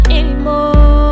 anymore